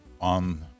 on